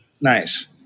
Nice